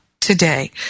today